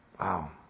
Wow